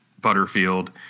Butterfield